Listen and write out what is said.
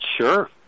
Sure